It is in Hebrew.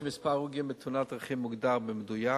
בעוד שמספר ההרוגים בתאונות דרכים מוגדר במדויק,